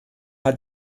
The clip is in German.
hat